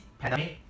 pandemic